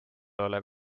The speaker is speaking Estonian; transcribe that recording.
olev